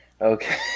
Okay